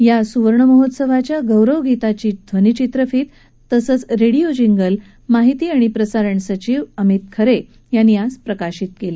या सुवर्ण महोत्सवाच्या गौरव गीताची ध्वनिचित्रफित तसंच रेडीओ जिंगल माहिती आणि प्रसारण सचिव अमित खरे यांनी आज प्रकाशित केली